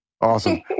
Awesome